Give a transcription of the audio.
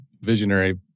visionary